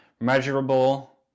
measurable